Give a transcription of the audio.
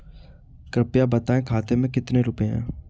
कृपया बताएं खाते में कितने रुपए हैं?